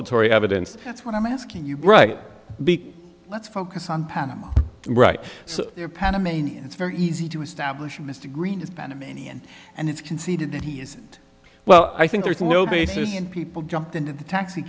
tory evidence that's what i'm asking you right let's focus on panama right there panamanian it's very easy to establish mr greenspan in many and and it's conceded that he isn't well i think there's no basis in people jumped into the taxi